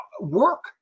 work